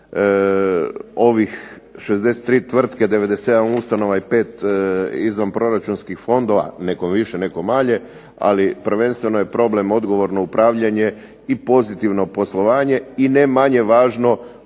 ovih 63 tvrtke, 97 ustanova i 5 izvanproračunskih fondova, nekom više nekom manje, ali prvenstveno je problem odgovorno upravljanje i pozitivno poslovanje i ne manje važno